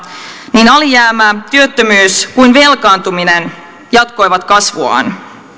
niin alijäämä työttömyys kuin velkaantuminen jatkoivat kasvuaan